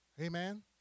Amen